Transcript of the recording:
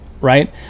right